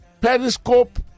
periscope